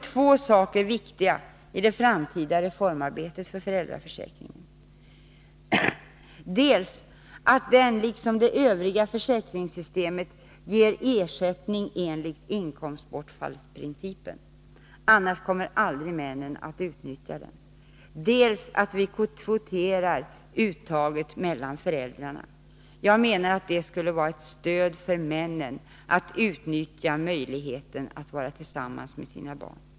Två saker är viktiga i det framtida reformarbetet med föräldraförsäkringen: dels att den, liksom det övriga försäkringssystemet, ger ersättning enligt inkomstbortfallsprincipen — annars kommer männen aldrig att utnyttja den —, dels att vi kvoterar uttaget mellan föräldrarna. Jag menar att det skulle vara ett stöd för männen när det gäller att utnyttja möjligheten att vara tillsammans med sina barn.